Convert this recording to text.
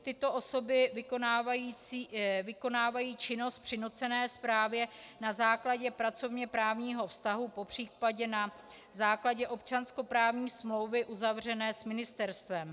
Tyto osoby vykonávají činnost při nucené správě na základě pracovněprávního vztahu, popřípadě na základě občanskoprávní smlouvy uzavřené s ministerstvem.